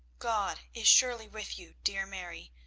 god is surely with you, dear mary,